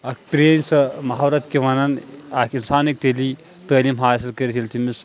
اَکھ پرٛینۍ سۄ مٔہاورَت تہِ وَنان اکھ اِنسان ہیٚکۍ تیٚلی تعلیٖم حٲصِل کٔرِتھ ییٚلہِ تٔمِس